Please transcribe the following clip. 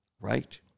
Right